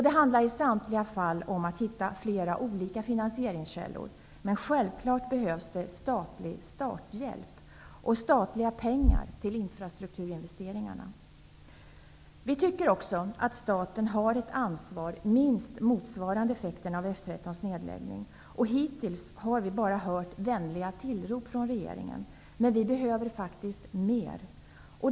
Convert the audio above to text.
Det handlar i samtliga fall om att hitta flera olika finansieringskällor, men självklart behövs det statlig starthjälp och pengar från staten till infrastrukturinvesteringarna. Vi tycker också att staten har ett ansvar för att väga upp åtminstone effekterna av F 13:s nedläggning. Hittills har vi bara hört vänliga tillrop från regeringen, men vi behöver faktiskt mer.